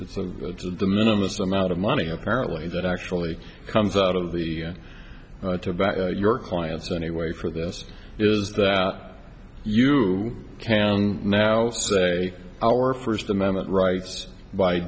of the minimum is the amount of money apparently that actually comes out of the back of your clients anyway for this is that you can now say our first amendment rights by